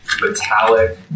metallic